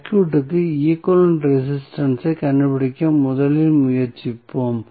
சர்க்யூட்க்கு equivalent resistance ஐ கண்டுபிடிக்க முதலில் முயற்சிப்போம்